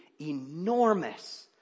enormous